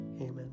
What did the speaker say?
Amen